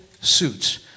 suits